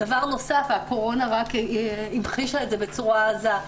דבר נוסף והקורונה רק המחישה את זה בצורה עזה,